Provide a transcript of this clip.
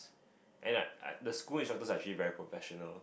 and like I the school instructors are actually very professional